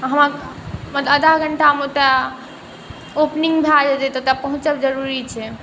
हमरा मतलब आधा घण्टामे ओतऽ ओपनिङ्ग भऽ जेतै तऽ ओतऽ पहुँचब जरूरी छै